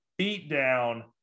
beatdown